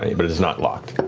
but it's not locked,